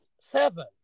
seven